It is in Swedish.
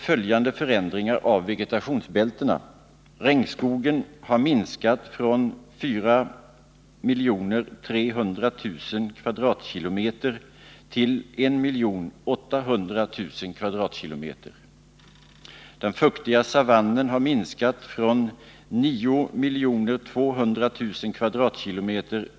Följande förändringar av vegetationsbältena har skett: Regnskogen har minskat från 4 300 000 km? till 1 800 000 km?, den fuktiga savannen från 9 200 000 km?